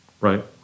Right